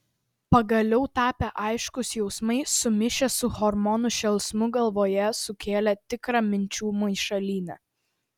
pagaliau tapę aiškūs jausmai sumišę su hormonų šėlsmu galvoje sukėlė tikrą minčių maišalynę